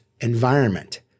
environment